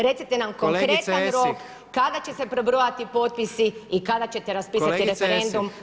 Recite nam konkretan rok kada će se prebrojati potpisi i kada ćete raspisati referendum?